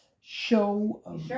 show